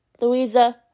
Louisa